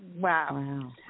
Wow